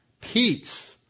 peace